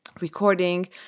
recording